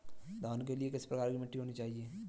धान के लिए किस प्रकार की मिट्टी होनी चाहिए?